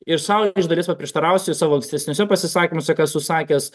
ir sau iš dalies paprieštarausiu savo ankstesniuose pasisakymuose ką esu sakęs